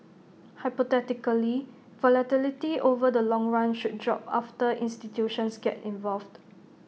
hypothetically volatility over the long run should drop after institutions get involved